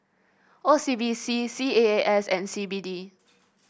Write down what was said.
O C B C C A A S and C B D